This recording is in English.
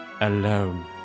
alone